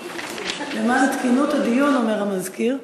למען תקינות הדיון, אומר המזכיר,